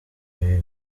ibi